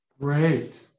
Great